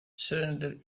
surrender